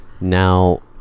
Now